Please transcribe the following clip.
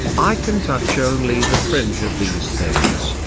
i can touch only the fringe of these things,